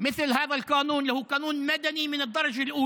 זה חוק אזרחי מן המדרגה הראשונה.